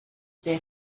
their